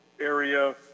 area